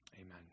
amen